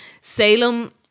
Salem